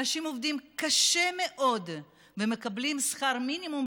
אנשים עובדים קשה מאוד ומקבלים שכר מינימום,